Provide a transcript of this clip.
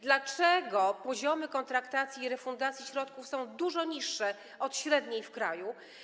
Dlaczego poziomy kontraktacji i refundacji środków są dużo niższe od średniej w kraju?